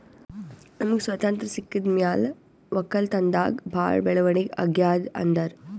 ನಮ್ಗ್ ಸ್ವತಂತ್ರ್ ಸಿಕ್ಕಿದ್ ಮ್ಯಾಲ್ ವಕ್ಕಲತನ್ದಾಗ್ ಭಾಳ್ ಬೆಳವಣಿಗ್ ಅಗ್ಯಾದ್ ಅಂತಾರ್